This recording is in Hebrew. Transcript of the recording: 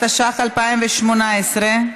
התשע"ח 2018,